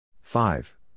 Five